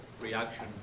Reaction